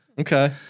Okay